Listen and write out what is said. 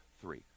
three